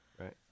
Right